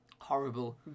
horrible